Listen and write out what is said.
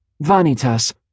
Vanitas